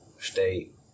state